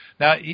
Now